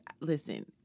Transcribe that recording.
listen